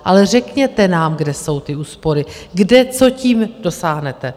Ale řekněte nám, kde jsou ty úspory, kde, co tím dosáhnete.